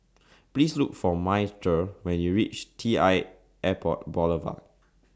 Please Look For Myrtle when YOU REACH T L Airport Boulevard